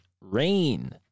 Rain